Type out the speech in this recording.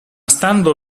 stando